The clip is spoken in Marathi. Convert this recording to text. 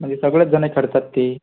म्हणजे सगळेच जणं खेळतात ते